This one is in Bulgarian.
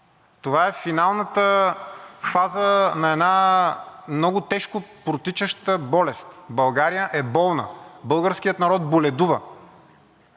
това е финалната фаза на една много тежко протичаща болест. България е болна, българският народ боледува.